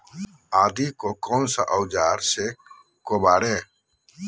आदि को कौन सा औजार से काबरे?